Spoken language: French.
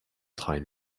travail